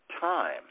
time